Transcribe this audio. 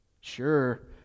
sure